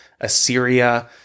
Assyria